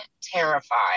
terrified